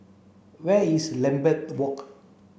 where is Lambeth Walk